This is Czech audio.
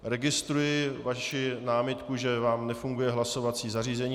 Registruji vaši námitku, že vám nefunguje hlasovací zařízení.